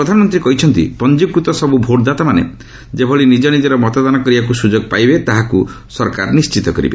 ପ୍ରଧାନମନ୍ତ୍ରୀ କହିଛନ୍ତି ପଞ୍ଜିକୃତ ସବୁ ଭୋଟ୍ଦାତାମାନେ ଯେଭଳି ନିଜର ମତଦାନ କରିବାକୁ ସୁଯୋଗ ପାଇବେ ତାହାକୁ ନିଶ୍ଚିତ କରାଯିବ